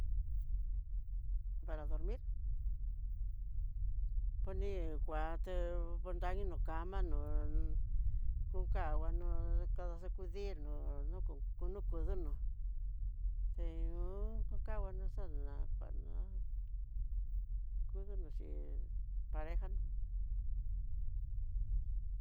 ¿Para dormir? Koni kuante potani no kama no kukanguano kaxakundir no'ó, nokun no nokun ku ndono, teñoo kangua naxana kuana kuduno xhín parejano ujun.